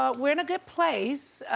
ah we're in a good place.